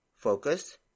Focus